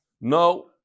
No